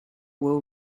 will